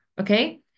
Okay